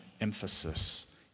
emphasis